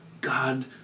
God